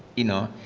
you know,